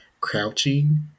Crouching